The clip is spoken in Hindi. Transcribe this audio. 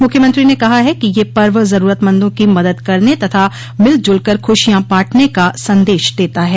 मुख्यमंत्री ने कहा कि यह पर्व जरूरतमंदों की मदद करने तथा मिल जुलकर खूशियां बांटने का संदेश देता है